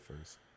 first